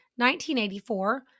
1984